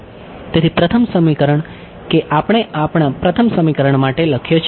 તેથી પ્રથમ સમીકરણ કે આપણે આપણા પ્રથમ સમીકરણ માટે લખીએ છીએ